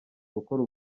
gukora